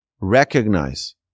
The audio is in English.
Recognize